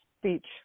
speech